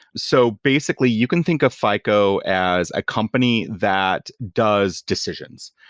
so basically, you can think of fico as a company that does decisions.